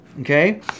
Okay